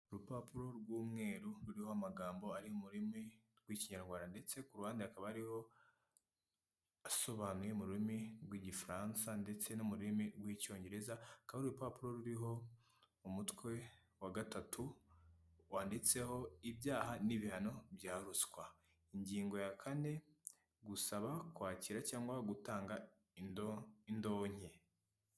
Urupapuro rw'umweru ruriho amagambo ari mu rurimi rw'ikinyarwanda ndetse ku ruhande akaba hariho asobanuye mu rurimi rw'igifaransa ndetse no mu rurimi rw'icyongereza, akaba urupapuro ruriho umutwe wa gatatu wanditseho ibyaha n'ibihano bya ruswa, ingingo ya kane gusaba kwakira cyangwa gutanga indonke.